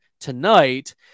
tonight